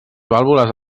vàlvules